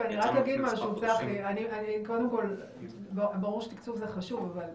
אני רק אגיד משהו: ברור שתקצוב זה חשוב,